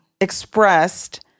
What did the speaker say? expressed